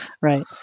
Right